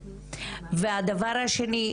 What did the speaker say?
והדבר השני,